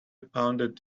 pounded